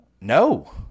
No